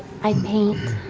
i paint,